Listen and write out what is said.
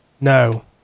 no